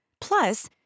Plus